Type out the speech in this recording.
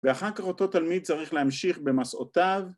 ‫ואחר כך אותו תלמיד ‫צריך להמשיך במסעותיו.